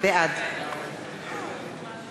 בעד